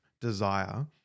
desire